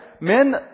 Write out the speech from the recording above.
men